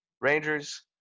Rangers